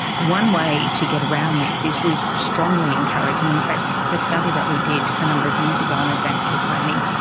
one way to get around this is we strongly encourage, and in fact the study that we did a number of years ago on advance care planning,